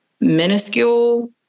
minuscule